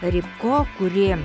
rybko kuri